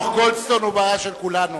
דוח-גולדסטון הוא בעיה של כולנו.